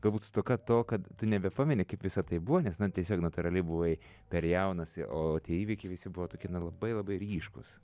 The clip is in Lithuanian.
galbūt stoka to kad tu nebepameni kaip visa tai buvo nes na tiesiog natūraliai buvai per jaunas o tie įvykiai visi buvo tokie na labai labai ryškūs